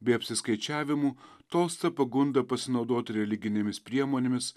bei apsiskaičiavimų tolsta pagunda pasinaudoti religinėmis priemonėmis